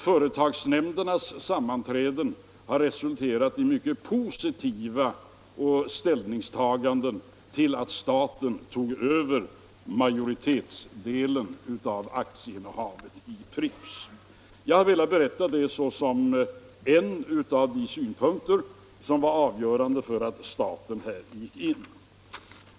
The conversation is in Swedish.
Företagsnämndernas sammanträden har resulterat i mycket po sitiva ställningstaganden till att staten tog över majoritetsdelen av aktieinnehavet i Pripps. Jag har velat berätta detta, därför att det var en av de synpunkter som var avgörande för att staten gick in i denna affär.